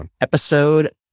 episode